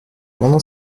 pendant